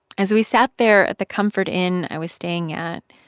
as we sat there at the comfort inn i was staying at,